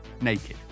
naked